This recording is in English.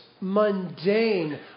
mundane